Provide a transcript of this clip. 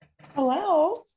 hello